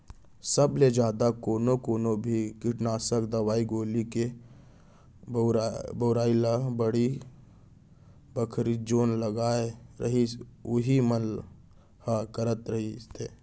सब ले जादा कोनो कोनो भी कीटनासक दवई गोली के बउरई ल बाड़ी बखरी जेन लगाय रहिथे उही मन ह करत रहिथे